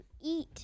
eat